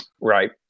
right